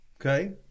okay